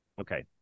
Okay